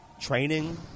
Training